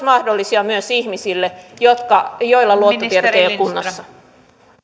mahdollisia myös ihmisille joilla luottotiedot eivät ole kunnossa